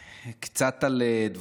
קצת על דברים אחרים,